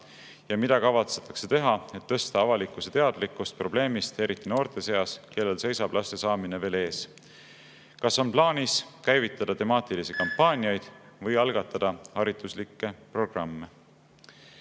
Ja mida kavatsetakse teha, et tõsta avalikkuse teadlikkust probleemist, eriti noorte seas, kellel seisab laste saamine veel ees? Kas on plaanis käivitada temaatilisi kampaaniaid või algatada hariduslikke programme?"